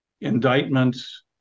indictments